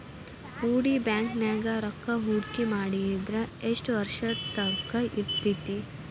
ಹೂಡಿ ಬ್ಯಾಂಕ್ ನ್ಯಾಗ್ ರೂಕ್ಕಾಹೂಡ್ಕಿ ಮಾಡಿದ್ರ ಯೆಷ್ಟ್ ವರ್ಷದ ತಂಕಾ ಇರ್ತೇತಿ?